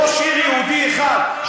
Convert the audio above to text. ראש עיר יהודי אחד,